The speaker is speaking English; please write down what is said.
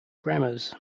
grammars